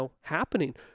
happening